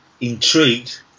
intrigued